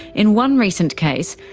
in one recent case,